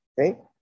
okay